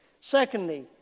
Secondly